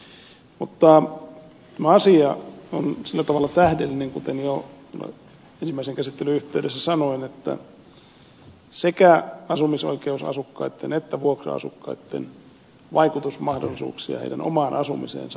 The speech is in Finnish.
mutta tämä asia on sillä tavalla tähdellinen kuten jo ensimmäisen käsittelyn yhteydessä sanoin että sekä asumisoikeusasukkaitten että vuokra asukkaitten vaikutusmahdollisuuksia omaan asumiseensa on parannettava